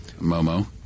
Momo